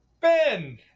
Ben